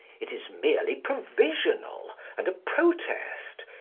it is merely provisional and a protest.